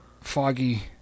foggy